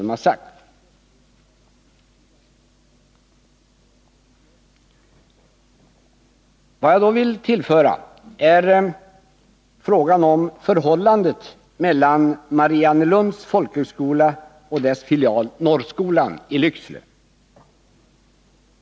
Det jag vill tillföra debatten gäller frågan om förhållandet mellan Mariannelunds folkhögskola och dess filial Norrskolan i Lycksele.